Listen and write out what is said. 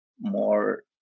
more